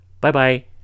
Bye-bye